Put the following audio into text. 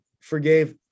forgave